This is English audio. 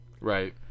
Right